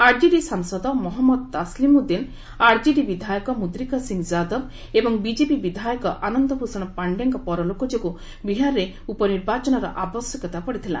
RJD ସାଂସଦ Mohammad Taslimuddin RJD ବିଧାୟକ ମୁଦ୍ରିକା ସିଂହ ଯାଦବ ଏବଂ ବିଜେପି ବିଧାୟକ ଆନନ୍ଦ ଭୂଷଣ ପାଶ୍ଡେଙ୍କ ପରଲୋକ ଯୋଗୁଁ ବିହାରରେ ଉପନିର୍ବାଚନର ଆବଶ୍ୟକତା ପଡ଼ିଥିଲା